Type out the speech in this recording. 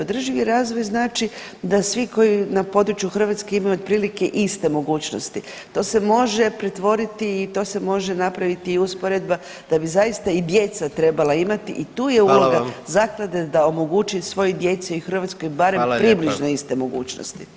Održivi razvoj znači da svi koji na području Hrvatske imaju otprilike iste mogućnosti to se može pretvoriti i to se može napraviti i usporedba da bi zaista i djeca trebala imati i tu je uloga [[Upadica: Hvala vam.]] zaklade da omogući svoj djeci u Hrvatskoj barem [[Upadica: Hvala lijepa.]] približno iste mogućnosti.